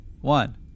one